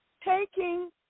taking